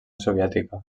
soviètica